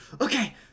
Okay